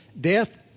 Death